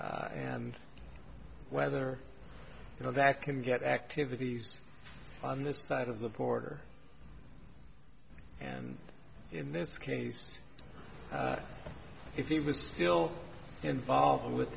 s and whether you know that can get activities on this side of the border and in this case if he was still involved with